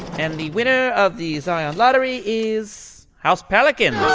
and the winner of the zion lottery is. house pelicans!